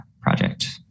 project